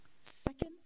Second